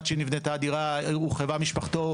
עד שנבנתה הדירה הורחבה משפחתו,